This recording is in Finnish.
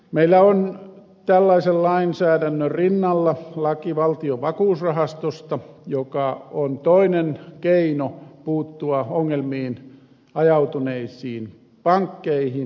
meillä on tällaisen lainsäädännön rinnalla laki valtion vakuusrahastosta joka on toinen keino puuttua ongelmiin ajautuneisiin pankkeihin